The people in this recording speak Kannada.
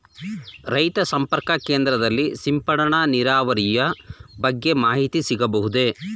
ರೈತ ಸಂಪರ್ಕ ಕೇಂದ್ರದಲ್ಲಿ ಸಿಂಪಡಣಾ ನೀರಾವರಿಯ ಬಗ್ಗೆ ಮಾಹಿತಿ ಸಿಗಬಹುದೇ?